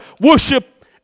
worship